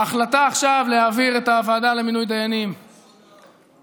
ההחלטה עכשיו להעביר את הוועדה למינוי דיינים מהליכוד,